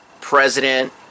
President